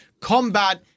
combat